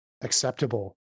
acceptable